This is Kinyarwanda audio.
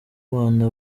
rwanda